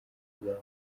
bwabo